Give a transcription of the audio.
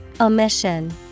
Omission